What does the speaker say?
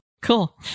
Cool